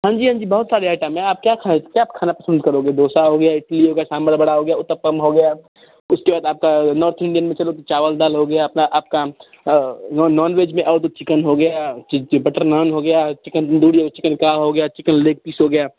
हाँ जी हाँ जी बहुत सारे आइटम हैं आप क्या खाना पसंद करोगे डोसा हो गया इडली हो गया सांभर वड़ा हो गया उत्तपम हो गया उसके बाद आपका नॉर्थ इंडियन में चलो चावल दाल हो गया अपना आपका नॉन वेज में आओ तो चिकन हो गया बेटर नान हो गया चिकन तंदूरी हो गया चिकन लेग पीस हो गया